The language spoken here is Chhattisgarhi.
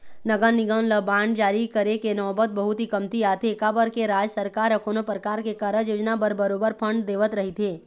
नगर निगम ल बांड जारी करे के नउबत बहुत ही कमती आथे काबर के राज सरकार ह कोनो परकार के कारज योजना बर बरोबर फंड देवत रहिथे